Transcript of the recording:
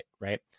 right